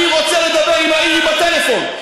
אני רוצה לדבר עם האירי בטלפון.